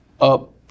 up